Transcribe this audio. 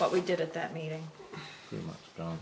what we did at that meeting